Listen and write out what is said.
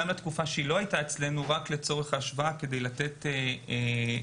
גם בתקופה שהיא לא הייתה אצלנו לצורך השוואה כדי לתת את